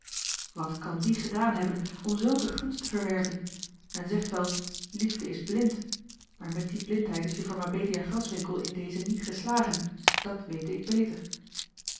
wat kan die gedaan hebben om zulke gunst te verwerven men zegt wel liefde is blind maar met die blindheid is juffer osboom oussaint e abelia raswinckel in dezen niet geslagen dat wete ik beter